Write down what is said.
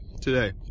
today